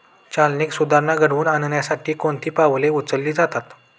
चालनीक सुधारणा घडवून आणण्यासाठी कोणती पावले उचलली जातात?